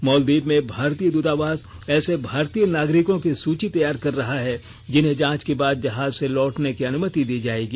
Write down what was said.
मॉलदीव में भारतीय दूतावास ऐसे भारतीय नागरिकों की सूची तैयार कर रहा है जिन्हें जांच के बाद जहाज से लौटने की अनुमति दी जायेगी